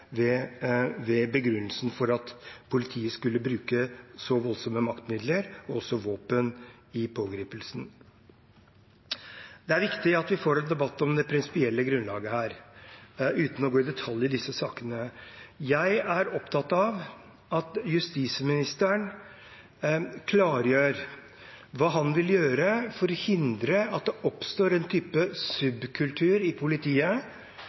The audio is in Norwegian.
ved begrunnelsen for at politiet skulle bruke så voldsomme maktmidler, også våpen, i pågripelsen. Det er viktig at vi får en debatt om det prinsipielle grunnlaget her, uten å gå i detalj om disse sakene. Jeg er opptatt av at justisministeren klargjør hva han vil gjøre for å hindre at det oppstår en type subkultur i politiet